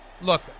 look